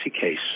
case